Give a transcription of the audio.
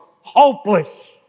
hopeless